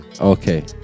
okay